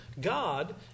God